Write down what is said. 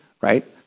right